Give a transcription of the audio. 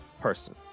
person